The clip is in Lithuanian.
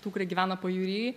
tų kurie gyvena pajūry